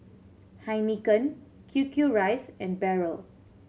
Heinekein Q Q Rice and Barrel